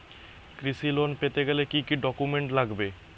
কৃষি লোন পেতে গেলে কি কি ডকুমেন্ট লাগবে?